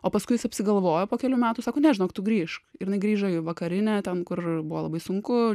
o paskui jis apsigalvojo po kelių metų sako ne žinok tu grįžk ir jinai grįžo į vakarinę ten kur buvo labai sunku